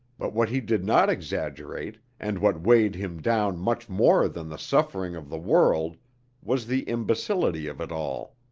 but what he did not exaggerate and what weighed him down much more than the suffering of the world was the imbecility of it all.